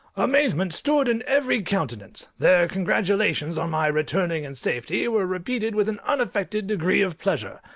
amazement stood in every countenance their congratulations on my returning in safety were repeated with an unaffected degree of pleasure,